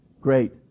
great